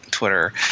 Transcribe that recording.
twitter